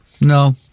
No